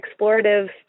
explorative